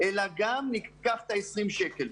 אלא גם ניקח את 20 השקלים.